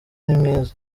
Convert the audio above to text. nimwiza